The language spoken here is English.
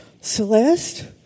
Celeste